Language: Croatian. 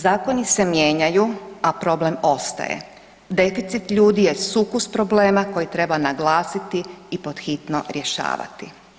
Zakoni se mijenjaju, a problem ostaje, deficit ljudi je sukus problema koji treba naglasiti i pod hitno rješavati.